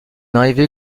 arrivée